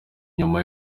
nyuma